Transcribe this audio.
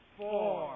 four